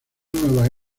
nueva